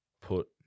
put